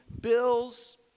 bills